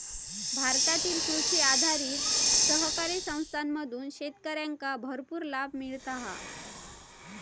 भारतातील कृषी आधारित सहकारी संस्थांमधून शेतकऱ्यांका भरपूर लाभ मिळता हा